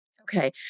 Okay